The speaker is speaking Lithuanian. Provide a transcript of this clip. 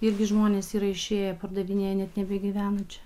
irgi žmonės yra išėję pardavinėja net nebegyvena čia